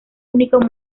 único